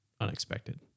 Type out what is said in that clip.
unexpected